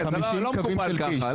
זה לא מקובל ככה.